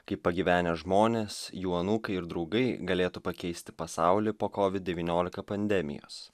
kaip pagyvenę žmonės jų anūkai ir draugai galėtų pakeisti pasaulį po kovid devyniolika pandemijos